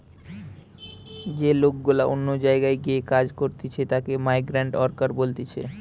যে লোক গুলা অন্য জায়গায় গিয়ে কাজ করতিছে তাকে মাইগ্রান্ট ওয়ার্কার বলতিছে